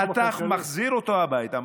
אתה מחזיר אותו הביתה,